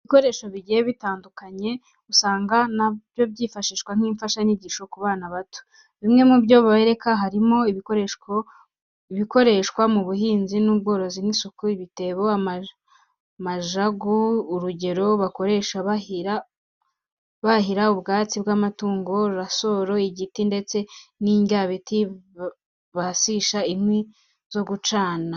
Ibikoresho bigiye bitandukanye, usanga na byo byifashishwa nk'imfashanyigisho ku bana bato. Bimwe mu byo babereka harimo, ibikoreshwa mu buhinzi n'ubworozi nk'isuka, ibitebo, majagu, urukero bakoresha bahira ubwatsi bw'amatungo, rasoro, igitiyo ndetse n'indyabiti basisha inkwi zo gucana.